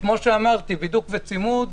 כמו שאמרתי, בידוק וצימוד.